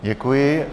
Děkuji.